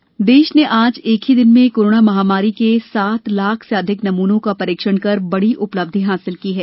Covid परीक्षण देश देश ने आज एक ही दिन में कोरोना महामारी के सात लाख से अधिक नमूनों का परीक्षण कर बड़ी उपलब्धि हासिल की है